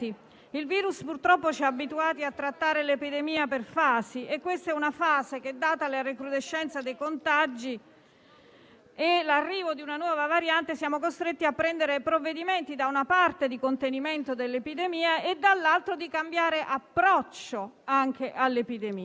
Il virus, purtroppo, ci ha abituati a trattare l'epidemia per fasi, e questa è una fase in cui, data la recrudescenza dei contagi e l'arrivo di una nuova variante, siamo costretti a prendere provvedimenti, da una parte, di contenimento dell'epidemia, e dall'altro, di cambiamento di approccio all'epidemia